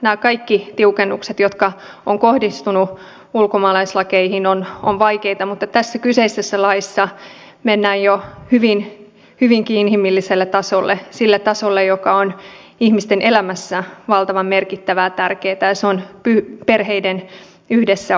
nämä kaikki tiukennukset jotka ovat kohdistuneet ulkomaalaislakeihin ovat vaikeita mutta tässä kyseisessä laissa mennään jo hyvinkin inhimilliselle tasolle sille tasolle joka on ihmisten elämässä valtavan merkittävää ja tärkeätä ja se on perheiden yhdessäolo